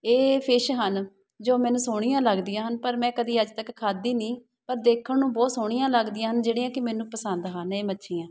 ਇਹ ਫਿਸ਼ ਹਨ ਜੋ ਮੈਨੂੰ ਸੋਹਣੀਆਂ ਲੱਗਦੀਆਂ ਹਨ ਪਰ ਮੈਂ ਕਦੀ ਅੱਜ ਤੱਕ ਖਾਧੀ ਨਹੀਂ ਪਰ ਦੇਖਣ ਨੂੰ ਬਹੁਤ ਸੋਹਣੀਆਂ ਲੱਗਦੀਆਂ ਹਨ ਜਿਹੜੀਆਂ ਕਿ ਮੈਨੂੰ ਪਸੰਦ ਹਨ ਇਹ ਮੱਛੀਆਂ